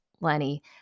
Lenny